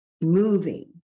moving